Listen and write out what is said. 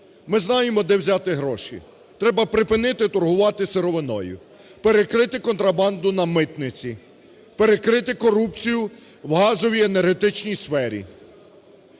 Ми знаємо, де взяти гроші: треба припинити торгувати сировиною; перекрити контрабанду на митниці; перекрити корупцію в газовій енергетичній сфері;